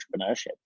entrepreneurship